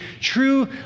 true